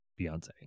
Beyonce